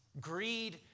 Greed